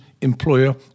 employer